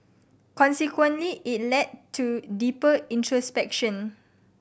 consequently it led to deeper introspection